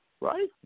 right